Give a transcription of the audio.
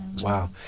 wow